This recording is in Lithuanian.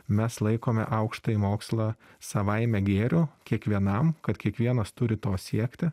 mes laikome aukštąjį mokslą savaime gėriu kiekvienam kad kiekvienas turi to siekti